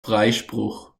freispruch